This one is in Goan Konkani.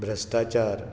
भ्रश्टाचार